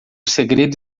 segredo